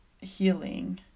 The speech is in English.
healing